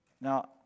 Now